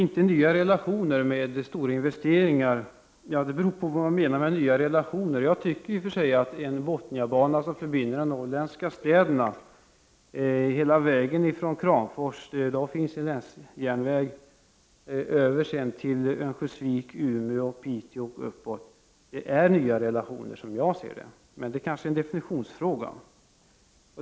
Fru talman! Kommunikationsministern säger att stora investeringar inte leder till nya relationer. Det beror på vad man menar med nya relationer. Jag tycker i och för sig att en Bothniabana som skulle förbinda de norrländska städerna hela vägen ifrån Kramfors — i dag finns en länsjärnväg — över till Örnsköldsvik, Umeå, Piteå och norrut är nya relationer. Men det kanske är en definitionsfråga.